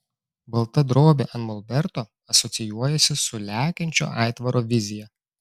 balta drobė ant molberto asocijuojasi su lekiančio aitvaro vizija